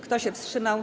Kto się wstrzymał?